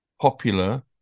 popular